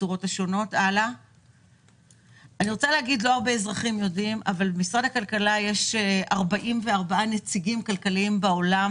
לא הרבה אזרחים יודעים אבל למשרד יש 44 נציגים כלכליים בעולם